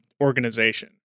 organization